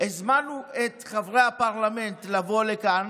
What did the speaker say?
הזמנו את חברי הפרלמנט לבוא לכאן,